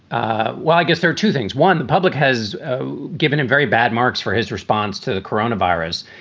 ah well, i guess there are two things. one, the public has ah given him very bad marks for his response to the coronavirus.